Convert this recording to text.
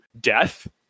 death